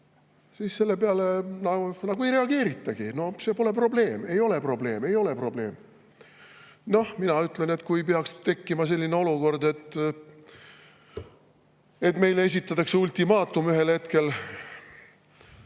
siis selle peale nagu ei reageeritagi. No see pole probleem. Ei ole probleem, ei ole probleem. Mina ütlen, et kui peaks tekkima selline olukord, et meile esitatakse ühel hetkel